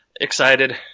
excited